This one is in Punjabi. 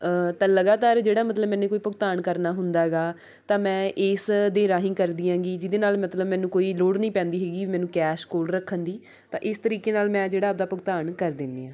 ਤਾਂ ਲਗਾਤਾਰ ਜਿਹੜਾ ਮਤਲਬ ਮੈਨੂੰ ਕੋਈ ਭੁਗਤਾਨ ਕਰਨਾ ਹੁੰਦਾ ਗਾ ਤਾਂ ਮੈਂ ਇਸ ਦੇ ਰਾਹੀਂ ਕਰਦੀ ਐਂਗੀ ਜਿਹਦੇ ਨਾਲ਼ ਮਤਲਬ ਮੈਨੂੰ ਕੋਈ ਲੋੜ ਨਹੀਂ ਪੈਂਦੀ ਹੈਗੀ ਮੈਨੂੰ ਕੈਸ਼ ਕੋਲ ਰੱਖਣ ਦੀ ਤਾਂ ਇਸ ਤਰੀਕੇ ਨਾਲ਼ ਮੈਂ ਜਿਹੜਾ ਆਪ ਦਾ ਭੁਗਤਾਨ ਕਰ ਦਿੰਦੀ ਹਾਂ